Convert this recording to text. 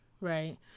right